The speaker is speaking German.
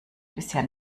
bisher